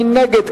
מי נגד?